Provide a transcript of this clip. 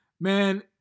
man